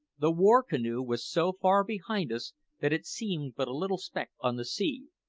the war-canoe was so far behind us that it seemed but a little speck on the sea,